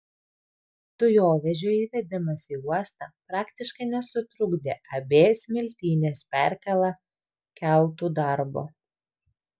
dujovežio įvedimas į uostą praktiškai nesutrukdė ab smiltynės perkėla keltų darbo